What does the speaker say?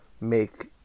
make